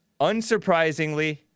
unsurprisingly